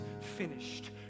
finished